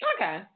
Okay